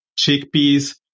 chickpeas